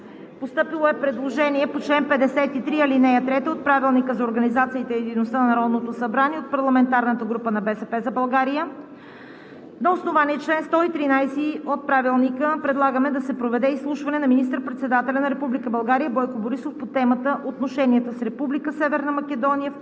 Постъпило е предложение по чл. 53, ал. 3 от Правилника за организацията и дейността на Народното събрание от парламентарната група на „БСП за България“: „На основание чл. 113 от Правилника предлагаме да се проведе изслушване на министър-председателя на Република България Бойко Борисов по темата „Отношенията с Република Северна Македония в контекста